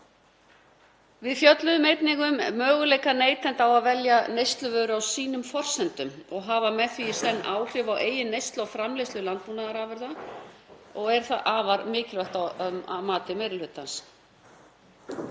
Við fjölluðum einnig um möguleika neytenda á að velja neysluvöru á sínum forsendum og hafa með því í senn áhrif á eigin neyslu og framleiðslu landbúnaðarafurða og er það afar mikilvægt að mati meiri hlutans,